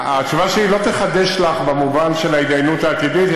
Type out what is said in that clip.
התשובה שלי לא תחדש לך במובן של ההתדיינות העתידית,